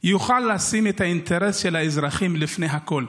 יוכל לשים את האינטרס של האזרחים לפני הכול.